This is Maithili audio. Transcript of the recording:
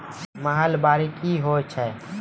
महलबाडी क्या हैं?